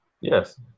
Yes